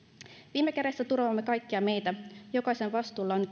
viime kädessä turvaamme kaikkia meitä jokaisen vastuulla on nyt